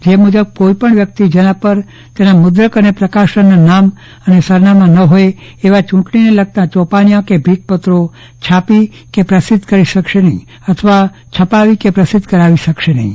જે મુજબ કોઈપણ વ્યક્તિ જેના પર તેના મુદ્રક અને પ્રકાશનના નામ અને સરનામા ન હોય એવા ચૂંટણીને લગતા ચોપાનીયા કે ભીંતચીત્રો છાપી કે પ્રસિધ્ધ કરી શકાશે નહીં અથવા છપાવી કે પ્રસિધ્ધ કરાવી શકાશે નહીં